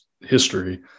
history